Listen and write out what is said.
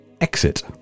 exit